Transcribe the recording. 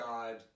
God